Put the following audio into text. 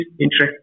interest